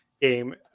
game